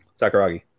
Sakuragi